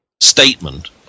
statement